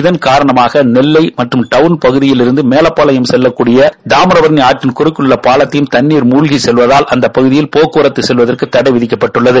இதன்காரணமாக நெல்லை மற்றும் டவுன் பகுதியிலிருந்து மேலப்பாளையம் செல்லக்கூடிய தாமிரபரணி ஆற்றின் குறுக்கே உள்ள பாலத்தில் தண்ணீர் மூழ்கி செல்வதால் அந்த பகுதியில் போக்குவரத்து செல்வதற்கு தடை விதிக்கப்பட்டுள்ளது